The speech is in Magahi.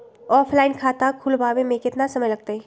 ऑफलाइन खाता खुलबाबे में केतना समय लगतई?